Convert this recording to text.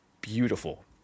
beautiful